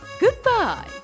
goodbye